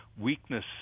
weakness